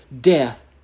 death